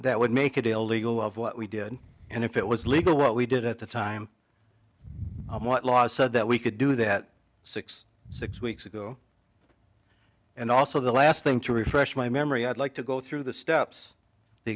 that would make it illegal what we did and if it was legal what we did at the time what law said that we could do that six six weeks ago and also the last thing to refresh my memory i'd like to go through the steps the